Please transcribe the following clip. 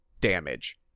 damage